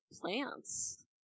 plants